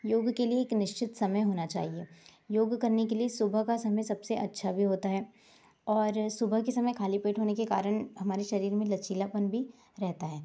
योग के लिए एक निश्चित समय होना चाहिए योग करने के लिए सुबह का समय सबसे अच्छा भी होता है और सुबह के समय खाली पेट होने के कारण हमारे शरीर में लचीलापन भी रहता है